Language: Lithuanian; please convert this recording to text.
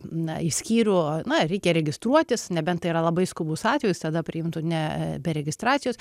na į skyrių na reikia registruotis nebent tai yra labai skubus atvejis tada priimtų ne be registracijos